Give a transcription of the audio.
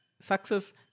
success